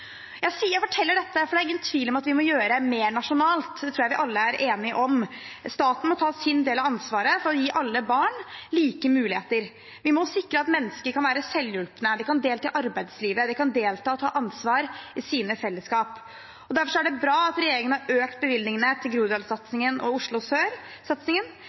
Jeg forteller dette, for det er ingen tvil om at vi må gjøre mer nasjonalt, det tror jeg vi alle er enige om. Staten må ta sin del av ansvaret for å gi alle barn like muligheter. Vi må sikre at mennesker kan være selvhjulpne, kan delta i arbeidslivet og kan delta og ta ansvar i sine fellesskap. Derfor er det bra at regjeringen har økt bevilgningene til Groruddalssatsingen og Oslo